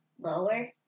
Lower